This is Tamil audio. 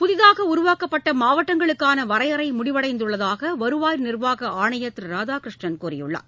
புதிதாக உருவாக்கப்பட்ட மாவட்டங்களுக்கான வரையறை முடிவடைந்துள்ளதாக வருவாய் நிர்வாக ஆணையர் திரு ராதாகிருஷ்ணன் கூறியுள்ளார்